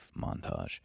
montage